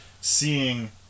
seeing